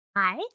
Hi